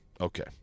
Okay